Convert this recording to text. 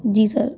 जी sir